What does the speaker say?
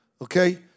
Okay